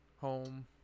home